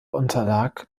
unterlag